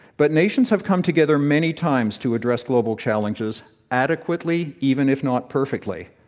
but nations have come together many times to address global challenges adequately, even if not perfectly.